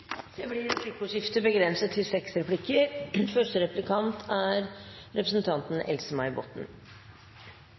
Det blir replikkordskifte. Takk til representanten